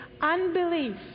unbelief